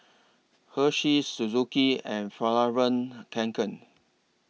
Hersheys Suzuki and Fjallraven Kanken